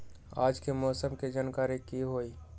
आज के मौसम के जानकारी कि हई?